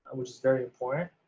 which is very important,